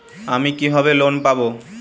আমি কিভাবে লোন পাব?